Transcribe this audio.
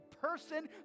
person